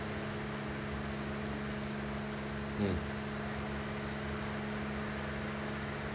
mm